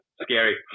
Scary